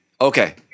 Okay